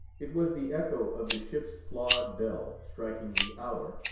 it was the echo of the ship's flawed bell, striking the hour,